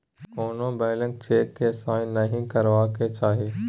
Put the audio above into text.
कोनो blank cheque केँ sign नहि करबाक चाही